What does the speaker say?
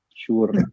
sure